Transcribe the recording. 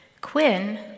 Quinn